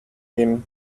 him